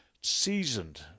seasoned